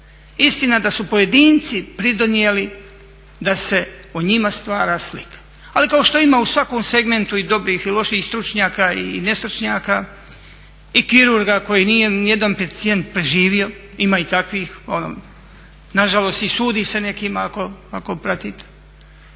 Istina da su pojedinci pridonijeli da se o njima stvara slika. Ali kao što ima u svakom segmentu i dobrih i loših stručnjaka i nestručnjaka i kirurga kojem nije ni jedan pacijent preživio, ima i takvih, nažalost i sudi se nekima ako pratite.